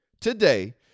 today